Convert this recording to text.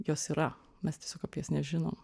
jos yra mes tiesiog apie jas nežinom